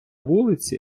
вулиці